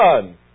son